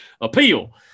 appeal